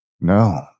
No